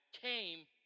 came